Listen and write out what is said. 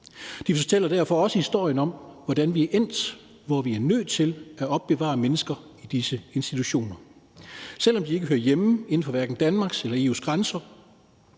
De fortæller derfor også historien om, hvordan vi er endt, hvor vi er nødt til at opbevare mennesker i disse institutioner, selv om de ikke hører hjemme inden for hverken Danmarks eller EU's grænser,